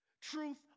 truth